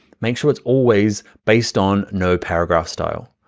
make sure it's always based on no paragraph style.